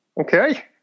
Okay